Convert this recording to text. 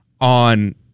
on